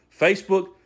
Facebook